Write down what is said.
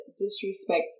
disrespect